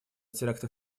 теракты